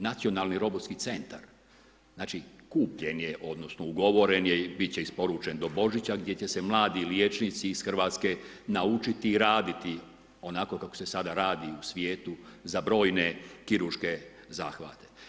Nacionalni robotski centar, znači kupljen je odnosno ugovoren je odnosno bit će isporučen do Božića gdje će se mladi liječnici iz Hrvatske naučiti raditi onako kako se sada radi u svijetu za brojne kirurške zahvate.